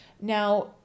Now